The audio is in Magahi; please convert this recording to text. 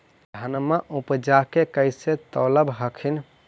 धनमा उपजाके कैसे तौलब हखिन?